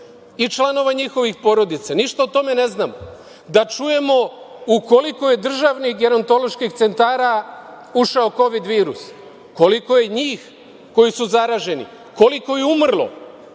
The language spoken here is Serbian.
i članova njihovih porodica? Ništa o tome ne znamo. Da čujemo u koliko je državnih gerontoloških centara ušao COVID virus? Koliko je njih koji su zaraženi? Koliko je umrlo?